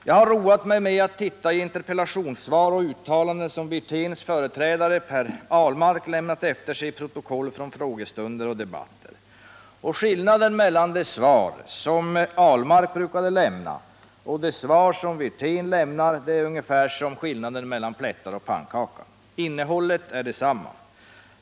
Jag har roat mig med att titta på interpellationssvar och uttalanden som Rolf Wirténs företrädare Per Ahlmark har lämnat efter sig i protokoll från frågestunder och debatter. Skillnaden mellan de svar som Per Ahlmark brukade lämna och de svar som Rolf Wirtén lämnar är ungefär som skillnaden mellan plättar och pannkakor: innehållet är detsamma.